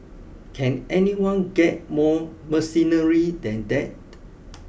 can anyone get more mercenary than that